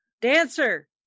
dancer